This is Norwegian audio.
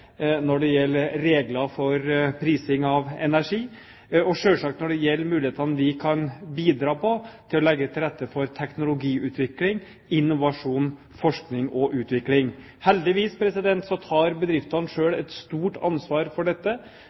når det gjelder regler for prising av energi, og selvsagt når det gjelder mulighetene vi kan bidra med for å legge til rette for teknologiutvikling, innovasjon, forskning og utvikling. Heldigvis tar bedriftene selv et stort ansvar for dette.